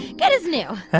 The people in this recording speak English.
good as new yeah